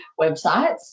websites